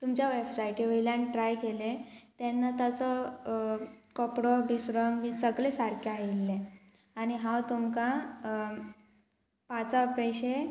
तुमच्या वेबसायटी वयल्यान ट्राय केलें तेन्ना ताचो कपडो बिस रंग बीन सगळें सारकें आयिल्लें आनी हांव तुमकां पांचां पयशे